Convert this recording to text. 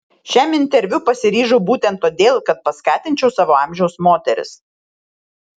šiam interviu pasiryžau būtent todėl kad paskatinčiau savo amžiaus moteris